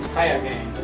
hi again!